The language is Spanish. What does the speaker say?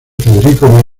federico